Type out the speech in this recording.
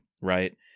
right